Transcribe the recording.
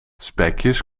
spekjes